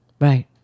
Right